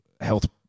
health